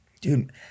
Dude